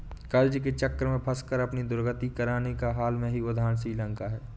कर्ज के चक्र में फंसकर अपनी दुर्गति कराने का हाल का ही उदाहरण श्रीलंका है